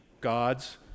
God's